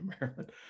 Maryland